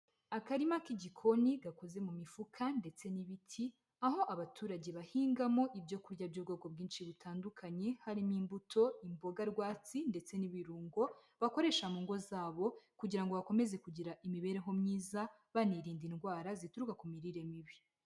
Akarima k'igikoni gakoze mu mifuka ndetse n'ibiti, aho abaturage bahingamo ibyo kurya by'ubwoko bwinshi butandukanye, harimo imbuto, imboga rwatsi ndetse n'ibirungo bakoresha mu ngo zabo kugira ngo bakomeze kugira imibereho myiza banirinda indwara zituruka ku mirire mibi.